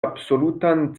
absolutan